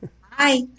Hi